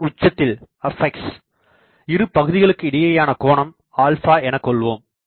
அதன் உச்சத்தில் இரு பகுதிகளுக்கு இடையேயான கோணம் ஆல்பா எனக் கொள்வோம்